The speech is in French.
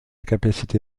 capacité